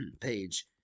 page